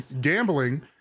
Gambling